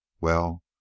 Well